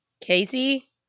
Casey